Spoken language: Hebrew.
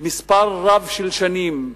מספר רב של שנים,